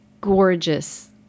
gorgeous